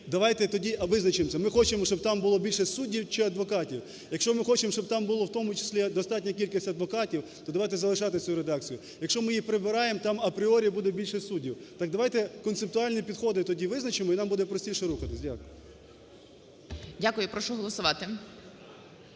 давайте тоді визначимось. Ми хочемо, щоб там було більше суддів чи адвокатів? Якщо ми хочемо, щоб там було "в тому числі" достатня кількість адвокатів, то давайте залишати цю редакцію. Якщо ми її прибираємо, там апріорі буде більше суддів. Так давайте концептуальні підходи тоді визначимо і нам буде простіше рухатись. Дякую. ГОЛОВУЮЧИЙ. Дякую. Прошу голосувати.